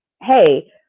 hey